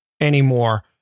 anymore